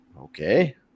okay